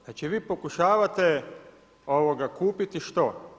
Znači vi pokušavate kupiti, što?